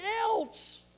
else